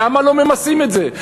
למה לא ממסים את זה?